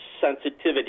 sensitivity